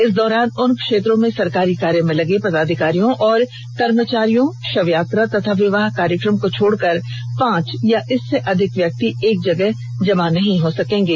इस दौरान उक्त क्षेत्रों में सरकारी कार्य में लगे पदाधिकारियों और कर्मचारियों शवयात्रा तथा विवाह कार्यक्रम को छोड़कर पांच या इससे अधिक व्यक्ति एक जगह जमा नहीं होंगे